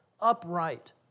upright